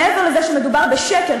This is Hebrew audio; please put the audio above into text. מעבר לזה שמדובר בשקר,